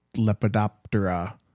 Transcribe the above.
Lepidoptera